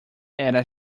era